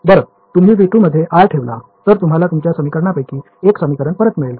बरं जर तुम्ही V2 मध्ये r ठेवला तर तुम्हाला तुमच्या समीकरणांपैकी एक समीकरण परत मिळेल